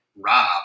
Rob